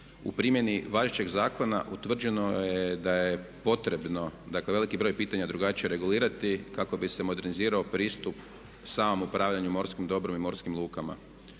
U primjeni važećeg zakona utvrđeno je da je potrebno dakle veliki broj pitanja drugačije regulirati kako bi se modernizirao pristup samom upravljanju morskom dobru i morskim lukama.